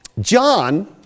John